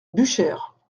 buchères